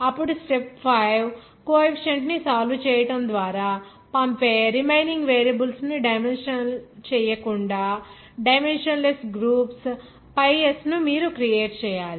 అప్పుడు step 5 coefficient ని solve చేయటం ద్వారా పంపే రిమైనింగ్ వేరియబుల్స్ను డైమెన్షనల్ చేయకుండా dimensionless groups pi s ను మీరు క్రియేట్ చేయాలి